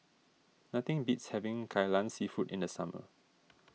nothing beats having Kai Lan Seafood in the summer